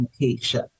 education